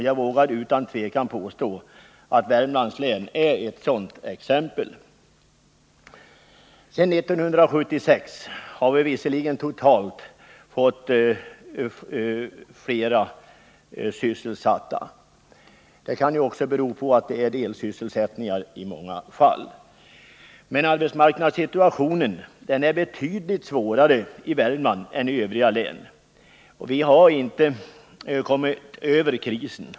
Jag vågar utan tvekan påstå att Värmlands län är ett sådant exempel. Sedan 1976 har vi visserligen totalt fått flera sysselsatta. Det kan också bero på att det i många fall är fråga om deltidssysselsättningar. Men arbetsmarknadssituationen är betydligt svårare i Värmland än i övriga län. Vi har inte kommit över krisen.